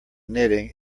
knitting